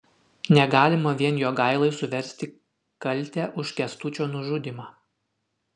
negalima vien jogailai suversti kaltę už kęstučio nužudymą